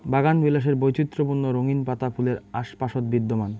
বাগানবিলাসের বৈচিত্র্যপূর্ণ রঙিন পাতা ফুলের আশপাশত বিদ্যমান